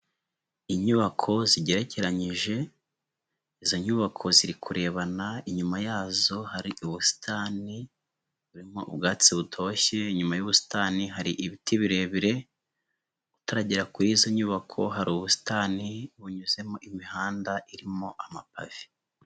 Inyubako zigerekeranyije, izo nyubako ziri kurebana inyuma yazo hari ubusitani burimo ubwatsi butoshye, inyuma y'ubusitani hari ibiti birebire, utaragera kuri izo nyubako, hari ubusitani bunyuzemo imihanda irimo amapave.